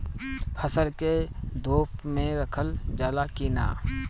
फसल के धुप मे रखल जाला कि न?